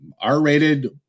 r-rated